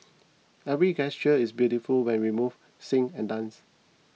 every gesture is beautiful when we move sing and dance